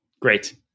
great